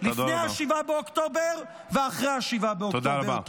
לפני 7 באוקטובר ואחרי 7 באוקטובר.